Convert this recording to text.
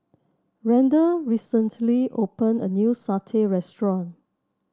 Randle recently opened a new satay restaurant